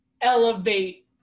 elevate